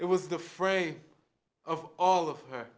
it was the frame of all of her